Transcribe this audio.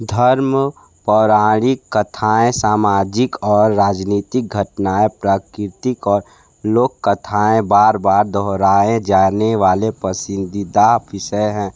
धर्म पौराणिक कथाएँ सामाजिक और राजनीतिक घटनाएँ प्राकृतिक और लोककथाएँ बार बार दोहराए जाने वाले पसंदीदा विषय हैं